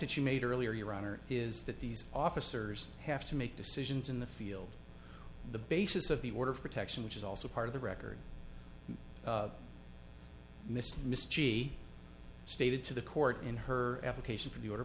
that you made earlier your honor is that these officers have to make decisions in the field the basis of the order of protection which is also part of the record miss miss g stated to the court in her application for